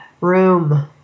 room